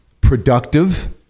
productive